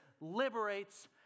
liberates